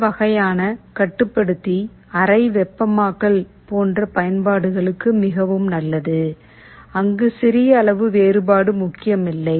இந்த வகையான கட்டுப்படுத்தி அறை வெப்பமாக்கல் போன்ற பயன்பாடுகளுக்கு மிகவும் நல்லது அங்கு சிறிய அளவு வேறுபாடு முக்கியம் இல்லை